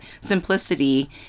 simplicity